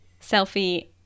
Selfie